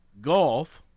Golf